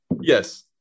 yes